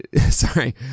sorry